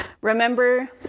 Remember